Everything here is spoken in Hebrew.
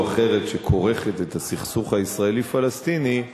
אחרת שכורכת את הסכסוך הישראלי פלסטיני עם